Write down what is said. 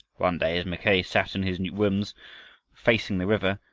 one day as mackay sat in his rooms facing the river,